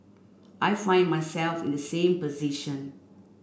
I find myself in the same position